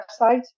website